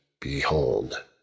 behold